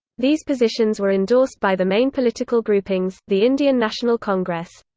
these positions were endorsed by the main political groupings, the indian national congress.